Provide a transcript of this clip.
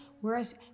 Whereas